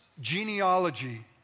Genealogy